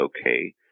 okay